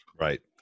Right